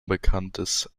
bekanntes